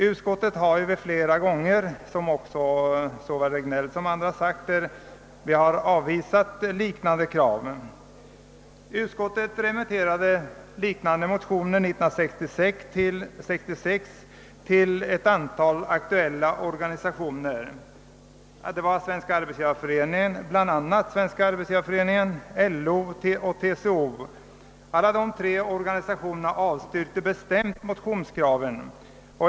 Utskottet har flera gånger, såsom även både herr Regnéll och andra talare påpekat, avvisat motsvarande krav. Utskottet remitterade år 1966 liknande motioner till ett antal i sammanhanget aktuella organisationer, bl.a. Svenska arbetsgivareföreningen, LO och TCO. Alla dessa tre organisationer avstyrkte bestämt motionskraven.